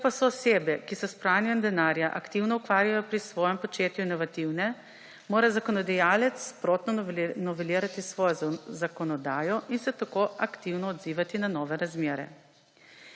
Ker pa so osebe, ki se s pranjem denarja aktivno ukvarjajo, pri svojem početju inovativne, mora zakonodajalec sprotno novelirati svojo zakonodajo in se tako aktivno odzivati na nove razmere.